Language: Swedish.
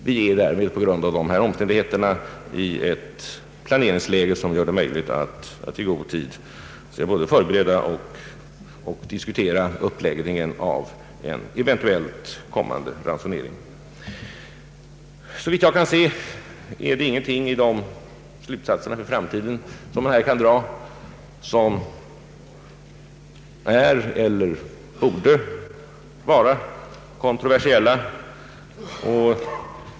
Vi kommer också att i god tid kunna både förbereda och diskutera uppläggningen av en eventuellt kommande ransonering. Såvitt jag kan se är det ingenting i de slutsatser för framtiden som här kan dras som är eller borde vara kontroversiellt.